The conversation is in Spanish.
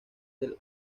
del